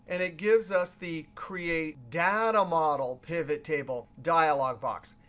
and it gives us the create data model pivot table dialog box.